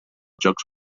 jocs